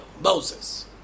Moses